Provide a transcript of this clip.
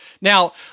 now